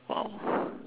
!wow!